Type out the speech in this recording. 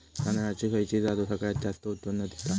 तांदळाची खयची जात सगळयात जास्त उत्पन्न दिता?